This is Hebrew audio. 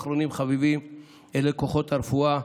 אחרונים אחרונים חביבים אלה כוחות הרפואה,